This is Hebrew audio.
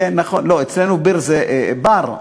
אצלנו "ביר" זה בר.